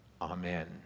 Amen